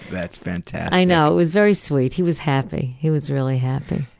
that's fantastic. i know, it was very sweet, he was happy. he was really happy.